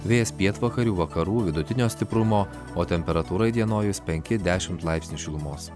vėjas pietvakarių vakarų vidutinio stiprumo o temperatūra įdienojus penki dešimt laipsnių šilumos